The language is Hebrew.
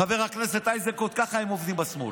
חבר הכנסת איזנקוט, ככה הם עובדים בשמאל: